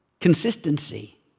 consistency